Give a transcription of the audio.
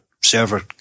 server